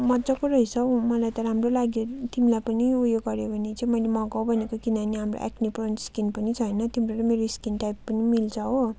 मजाको रहेछ हौ मलाई त राम्रो लाग्यो तिमीलाई पनि उयो गऱ्यो भने चाहिँ मैले मगाऊँ भनेको किनभने अब एक्ने प्रोन स्किन पनि छ होइन तिम्रो पनि यो स्किन टाइप पनि मिल्छ हो